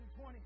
20